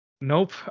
Nope